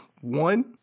one